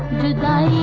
goodbye.